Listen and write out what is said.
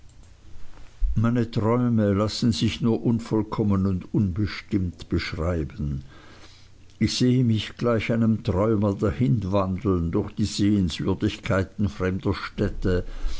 meine träume lassen sich nur unvollkommen und unbestimmt beschreiben ich sehe mich gleich einem träumer dahinwandeln durch die sehenswürdigkeiten fremder städte